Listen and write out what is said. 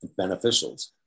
beneficials